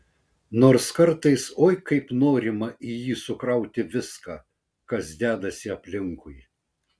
nors kartais oi kaip norima į jį sukrauti viską kas dedasi aplinkui